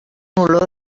olor